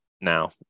now